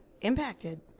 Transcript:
impacted